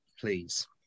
please